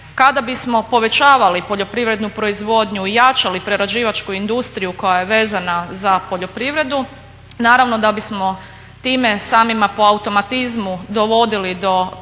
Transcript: Kada bismo povećavali poljoprivrednu proizvodnju i jačali prerađivačku industriju koja je vezana za poljoprivredu naravno da bismo time samim po automatizmu dovodili do podizanja